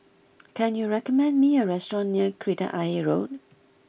can you recommend me a restaurant near Kreta Ayer Road